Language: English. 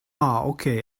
okay